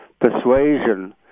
persuasion